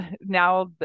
now